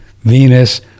Venus